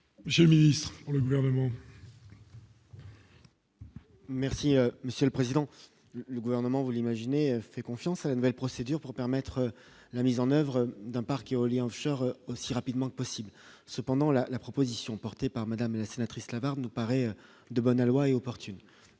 J'ai Ministre pour le gouvernement. Merci monsieur le président, le gouvernement vous l'imaginez, fait confiance à la nouvelle procédure pour permettre la mise en oeuvre d'un parc éolien Offshore aussi rapidement que possible cependant la la proposition portée par Madame la sénatrice, la barre nous paraît de bon aloi et opportune